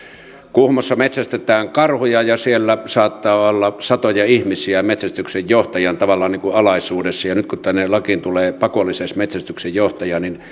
kuhmossa metsästetään karhuja ja siellä saattaa olla satoja ihmisiä metsästyksenjohtajan alaisuudessa ja nyt kun tänne lakiin tulee pakolliseksi metsästyksenjohtaja niin